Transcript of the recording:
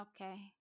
okay